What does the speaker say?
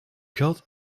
geld